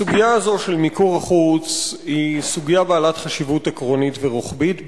הסוגיה הזאת של מיקור החוץ היא סוגיה בעלת חשיבות עקרונית ורוחבית,